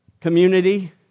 community